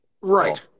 Right